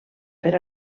per